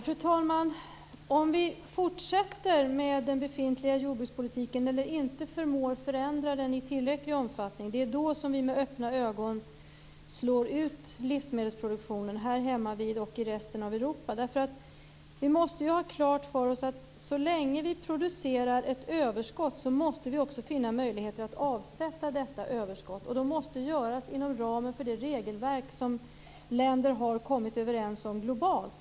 Fru talman! Det är om vi fortsätter med den befintliga jordbrukspolitiken, eller inte förmår förändra den i tillräcklig omfattning, som vi med öppna ögon slår ut livsmedelsproduktionen här hemma och i resten i Europa. Vi måste ju ha klart för oss att så länge vi producerar ett överskott måste vi också finna möjligheter att avsätta detta överskott. Det måste göras inom ramen för det regelverk som länder har kommit överens om globalt.